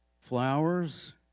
Flowers